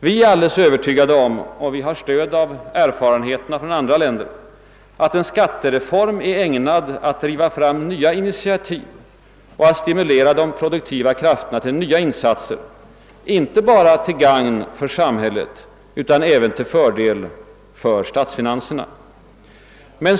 Vi är alldeles övertygade om — och vi har stöd av erfarenheterna från andra länder — att en skattereform är ägnad att driva fram nya initiativ och att stimulera de produktiva krafterna till nya insatser, inte bara till gagn för samhället utan även till fördel för statsfinanserna.